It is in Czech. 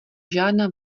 žádná